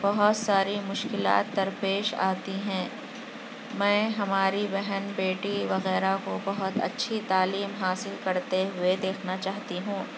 بہت ساری مشکلات در پیش آتی ہیں میں ہماری بہن بیٹی وغیرہ کو بہت اچھی تعلیم حاصل کرتے ہوئے دیکھنا چاہتی ہوں